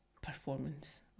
performance